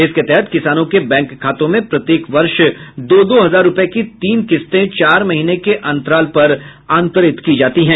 इसके तहत किसानों के बैंक खातों में प्रत्येक वर्ष दो दो हजार रुपये की तीन किस्ते चार महीने के अंतराल पर अतंरित की जाती हैं